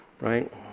right